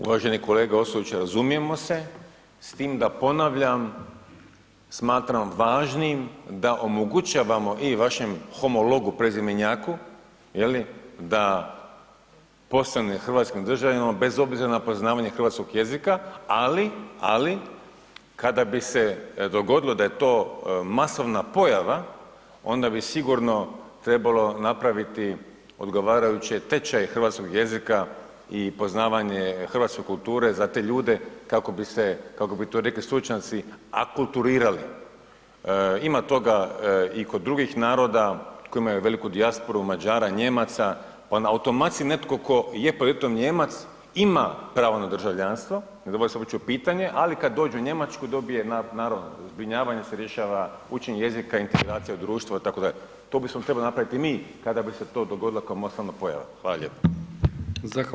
Uvaženi kolega Ostojić, razumijemo se s tim da ponavljam, smatram važnim da omogućavamo i vašem homologu, prezimenjaku je li da postane hrvatskim državljaninom bez obzira na poznavanje hrvatskog jezika, ali, ali kada bi se dogodilo da je to masovna pojava, onda bi sigurno trebalo napraviti odgovarajući tečaja hrvatskog jezika i poznavanje hrvatske kulture za te ljude kako bi se, kako bi to rekli stručnjaci akulturirali, ima toga i kod drugih naroda koji imaju veliku dijasporu Mađara, Nijemaca, pa automatski netko tko je podrijetlom Nijemac ima pravo na državljanstvo, ne dovodi se uopće u pitanje, ali kad dođe u Njemačku dobije naravno zbrinjavanje se rješava učenjem jezika, integracija u društvo itd., to bismo trebali napraviti i mi kada bi se to dogodilo kao masovna pojava.